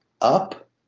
up